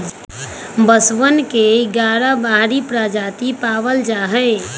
बांसवन के ग्यारह बाहरी प्रजाति पावल जाहई